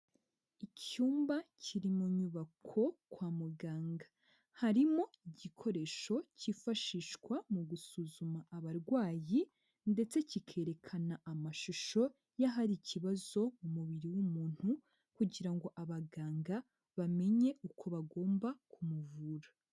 Icyumba kiri mu nyubako kwa muganga, harimo igikoresho cyifashishwa mu gusuzuma abarwayi, ndetse kikerekana amashusho y'ahari ikibazo mu mubiri w'umuntu, kugira ngo abaganga bamenye uko bagomba kumuvura.